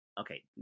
okay